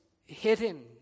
hidden